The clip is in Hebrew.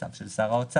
זה צו של שר האוצר.